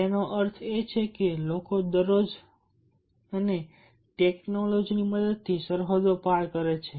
તેનો અર્થ એ છે કે લોકો દરરોજ અને ટેક્નોલોજીની મદદથી સરહદો પાર કરે છે